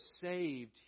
saved